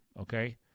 okay